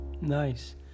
Nice